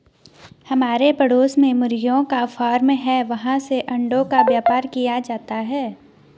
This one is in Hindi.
हमारे पड़ोस में मुर्गियों का फार्म है, वहाँ से अंडों का व्यापार किया जाता है